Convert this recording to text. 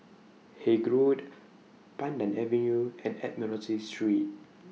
Haig Road Pandan Avenue and Admiralty Street